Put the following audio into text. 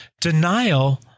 denial